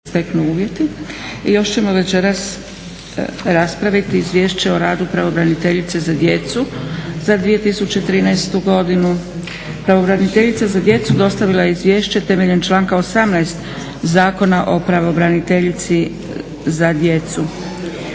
Dragica (SDP)** I još ćemo večeras raspraviti - Izvješće o radu pravobraniteljice za djecu za 2013. godinu Pravobraniteljica za djecu dostavila je izvješće temeljem članka 18. Zakona o pravobraniteljici za djecu.